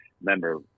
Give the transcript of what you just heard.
Remember